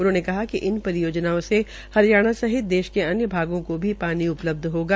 उन्होंने कहा कि परियोजना से हरियाणा सहित देश के अन्य भागों को में पानी उपलब्ध होगा